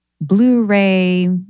Blu-ray